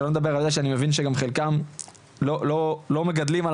שלא נדבר על אלה שאני מבין שכבר חלקם לא מגדלים על